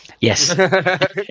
Yes